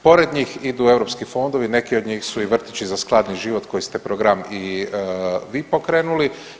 Pored njih idu europski fondovi, neki od njih su i vrtići za skladni život koji ste program i vi pokrenuli.